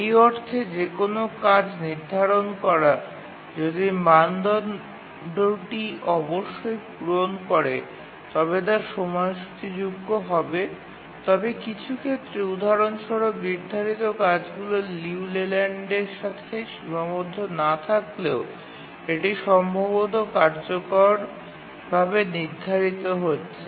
এই অর্থে যে কোনও কাজ নির্ধারণ করা যদি মানদণ্ডটি অবশ্যই পূরণ করে তবে তা সময়সূচীযোগ্য হবে তবে কিছু ক্ষেত্রে উদাহরণস্বরূপ নির্ধারিত কাজগুলি লিউ লেল্যান্ডের সাথে সীমাবদ্ধ না থাকলেও এটি সম্ভবত কার্যকরভাবে নির্ধারিত হচ্ছে